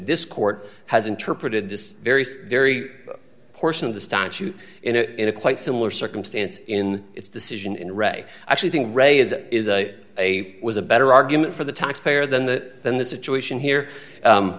this court has interpreted this very very portion of the statute in a in a quite similar circumstance in its decision in reading actually thing re is is a was a better argument for the taxpayer than that than the situation here